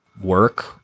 work